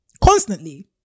Constantly